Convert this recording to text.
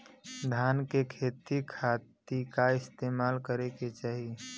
धान के सिंचाई खाती का इस्तेमाल करे के चाही?